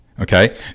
Okay